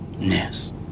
Yes